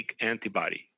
antibody